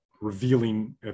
revealing